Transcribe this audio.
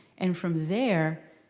and from there,